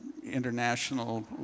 international